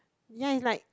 ya it's like